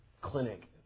clinic